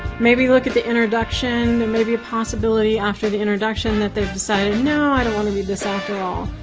maybe look at the introduction, and it may be a possibility after the introduction that they've decided, no, i don't want to read this after all.